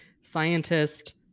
scientist